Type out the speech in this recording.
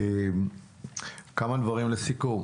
כמה דברים לסיכום.